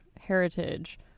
heritage